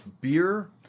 beer